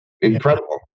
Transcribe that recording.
Incredible